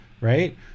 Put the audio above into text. right